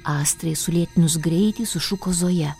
astrai sulėtinus greitį sušuko zoja